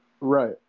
right